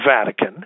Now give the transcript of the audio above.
Vatican